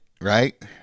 right